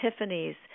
epiphanies